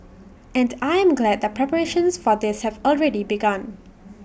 and I am glad that preparations for this have already begun